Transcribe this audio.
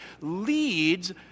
leads